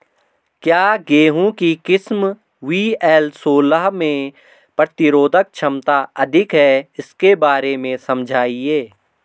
क्या गेहूँ की किस्म वी.एल सोलह में प्रतिरोधक क्षमता अधिक है इसके बारे में समझाइये?